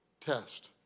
test